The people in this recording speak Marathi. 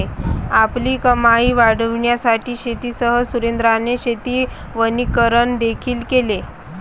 आपली कमाई वाढविण्यासाठी शेतीसह सुरेंद्राने शेती वनीकरण देखील केले